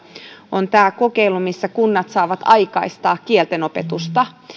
on tämä kokeilu missä kunnat saavat aikaistaa kielten opetusta